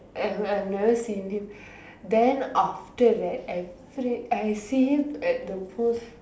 and I've never seen him then after that every I see him at the most